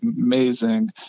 amazing